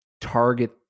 target